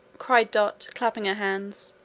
cried dot, clapping her hands.